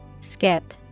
Skip